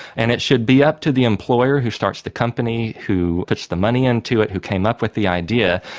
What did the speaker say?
and it should be up to the employer who starts the company, who puts the money into it, who came up with the idea,